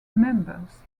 members